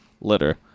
litter